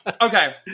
okay